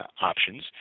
options